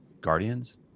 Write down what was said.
guardians